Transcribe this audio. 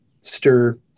stir